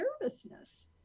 nervousness